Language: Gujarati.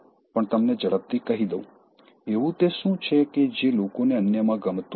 પણ તમને ઝડપથી કહી દઉ એવું તે શું છે કે જે લોકોને અન્ય માં ગમતું નથી